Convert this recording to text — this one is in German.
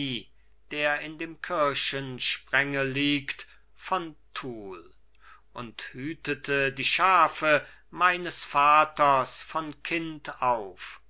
der in dem kirchensprengel liegt von toul und hütete die schafe meines vaters von kind auf